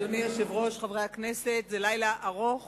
אדוני היושב-ראש, חברי הכנסת, זה לילה ארוך